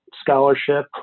scholarship